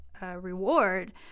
Reward